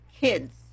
kids